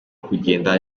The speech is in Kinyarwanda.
kugenda